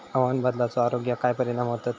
हवामान बदलाचो आरोग्याक काय परिणाम होतत?